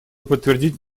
подтвердить